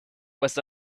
was